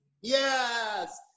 Yes